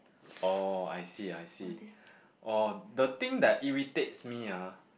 oh I see I see oh the thing that irritates me ah